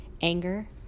anger